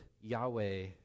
Yahweh